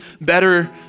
better